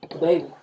baby